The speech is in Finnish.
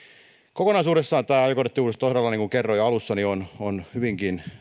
kokonaisuudessaan tämä ajokorttiuudistus todella niin kuin kerroin jo alussa on on hyvinkin